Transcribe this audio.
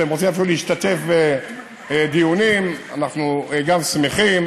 וכשאתם רוצים אפילו להשתתף בדיונים אנחנו שמחים,